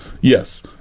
yes